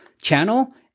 channel